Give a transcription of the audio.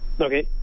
Okay